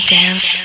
dance